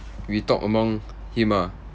we talk among him ah